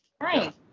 Right